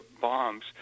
bombs